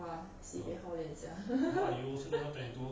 !wah! sibei hao lian sia